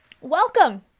Welcome